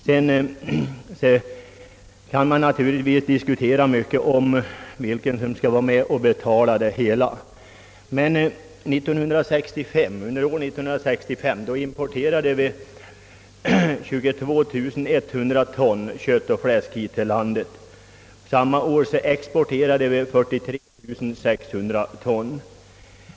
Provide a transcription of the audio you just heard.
Sedan kan man naturligtvis diskutera mycket om vilken som skall vara med om att betala det hela. År 1965 importerade vi 22100 ton kött och fläsk. Samma år exporterade vi 43 600 ton.